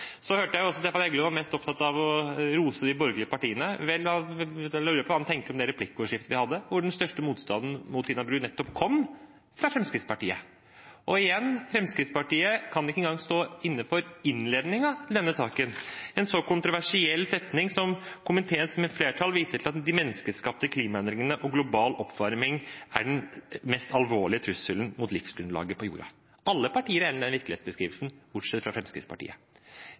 Så hørte jeg også at Stefan Heggelund var mest opptatt av å rose de borgerlige partiene. Vel, da lurer jeg på hva han tenker om det replikkordskiftet vi hadde, hvor den største motstanden mot Tina Bru nettopp kom fra Fremskrittspartiet. Fremskrittspartiet kan ikke engang stå inne for innledningen i denne saken, en så «kontroversiell» setning som at komiteens flertall «viser til at menneskeskapte klimaendringer og global oppvarming er den mest alvorlige trusselen mot livsgrunnlaget på jorda». Alle partier er enig i den virkelighetsbeskrivelsen, bortsett fra Fremskrittspartiet.